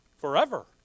Forever